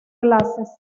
clases